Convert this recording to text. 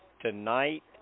Tonight